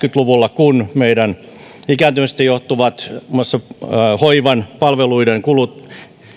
luvulla kun meidän ikääntymisestä johtuvat muun muassa hoivan ja palveluiden kulut